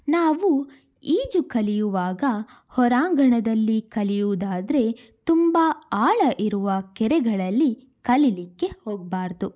ನಾವು ಈಜು ಕಲಿಯುವಾಗ ಹೊರಾಂಗಣದಲ್ಲಿ ಕಲಿಯುವುದಾದರೆ ತುಂಬ ಆಳ ಇರುವ ಕೆರೆಗಳಲ್ಲಿ ಕಲಿಯಲಿಕ್ಕೆ ಹೋಗಬಾರದು